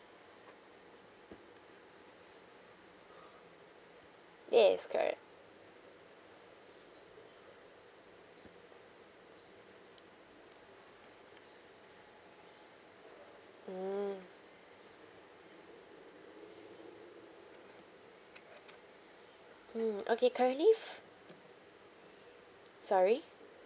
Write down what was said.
yes correct mm mm okay currently sorry